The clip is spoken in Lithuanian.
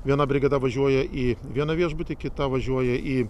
viena brigada važiuoja į vieną viešbutį kitą važiuoja į